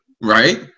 right